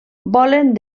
volen